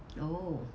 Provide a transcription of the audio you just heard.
oh